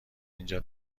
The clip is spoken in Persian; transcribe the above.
اینجا